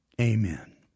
Amen